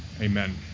Amen